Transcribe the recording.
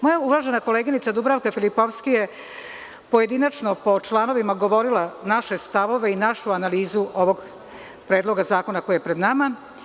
Moja uvažena koleginica Dubravka Filipovski je pojedinačno po članovima govorila naše stavove i našu analizu Predloga zakona koji je pred nama.